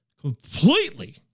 completely